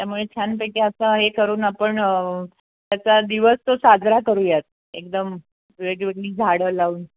त्यामुळे छानपैकी असं हे करून आपण त्याचा दिवस तो साजरा करूयात एकदम वेगवेगळी झाडं लावून